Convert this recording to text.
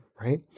right